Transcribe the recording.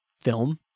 film